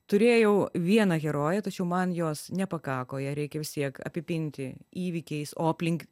turėjau vieną heroję tačiau man jos nepakako ją reikia vis tiek apipinti įvykiais o aplink